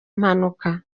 impanuka